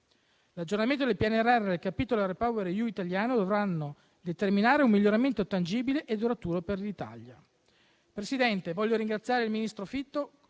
L'aggiornamento del PNRR e del capitolo REPowerEU italiano dovranno determinare un miglioramento tangibile e duraturo per l'Italia.